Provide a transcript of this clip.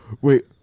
Wait